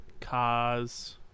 cars